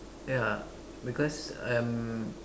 ya because I'm